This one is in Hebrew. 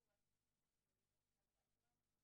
מיכל ברייטמן.